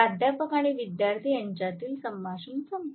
प्राध्यापक आणि विद्यार्थी यांच्यातील संभाषण संपले